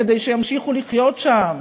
כדי שימשיכו לחיות שם.